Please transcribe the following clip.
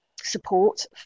support